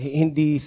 hindi